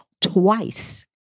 twice